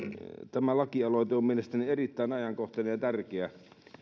tämä lakialoite on mielestäni erittäin ajankohtainen ja tärkeä